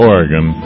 Oregon